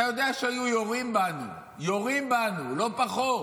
אתה יודע שהיו יורים בנו, יורים בנו, לא פחות.